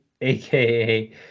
aka